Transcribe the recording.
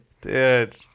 Dude